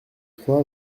trois